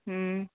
ହୁଁ